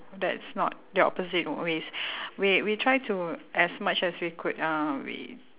that's not the opposite ways we we try to as much as we could uh we